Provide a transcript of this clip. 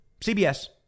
CBS